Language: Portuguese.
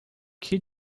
que